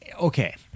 okay